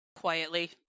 quietly